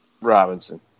Robinson